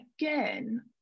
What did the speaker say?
again